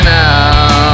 now